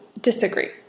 disagree